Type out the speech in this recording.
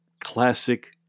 classic